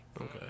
Okay